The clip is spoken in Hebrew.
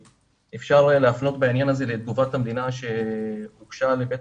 אפשר היה להפנות בעניין הזה לתגובת המדינה שהוגשה לבית